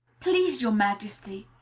please, your majesty,